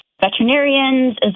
veterinarians